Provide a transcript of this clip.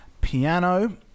piano